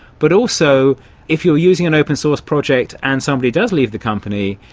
but also if you are using an open source project and somebody does leave the company,